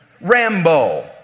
Rambo